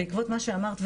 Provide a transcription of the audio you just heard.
בעקבות מה שאמרת,